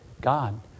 god